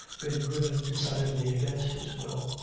been driven decidedly against his will,